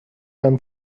and